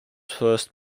first